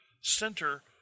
center